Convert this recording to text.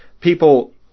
people